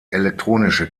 elektronische